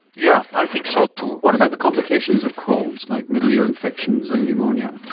yeah, i think so too. what about the complications of colds like middle ear infections and pneumonia?